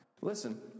Listen